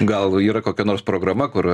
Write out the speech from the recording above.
gal yra kokia nors programa kur